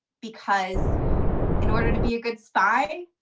because in order to be a good spy,